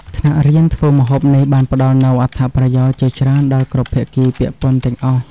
ថ្នាក់រៀនធ្វើម្ហូបនេះបានផ្តល់នូវ អត្ថប្រយោជន៍ ជាច្រើនដល់គ្រប់ភាគីពាក់ព័ន្ធទាំងអស់។